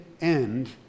end